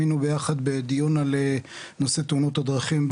היינו ביחד בדיון על נושא תאונות הדרכים.